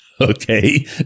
Okay